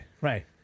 Right